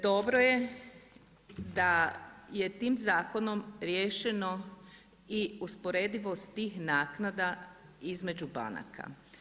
Dobro je da je tim zakonom riješeno i usporedivost tih naknada između banaka.